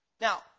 Now